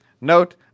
Note